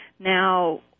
now